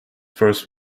first